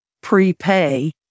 Prepay